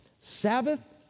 Sabbath